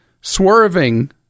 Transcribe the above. swerving